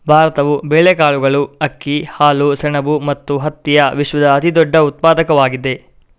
ಭಾರತವು ಬೇಳೆಕಾಳುಗಳು, ಅಕ್ಕಿ, ಹಾಲು, ಸೆಣಬು ಮತ್ತು ಹತ್ತಿಯ ವಿಶ್ವದ ಅತಿದೊಡ್ಡ ಉತ್ಪಾದಕವಾಗಿದೆ